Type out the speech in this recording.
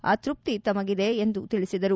ಆ ತೃಪ್ತಿ ತಮ್ಮಗಿದೆ ಎಂದು ತಿಳಿಸಿದರು